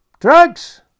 Drugs